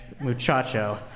muchacho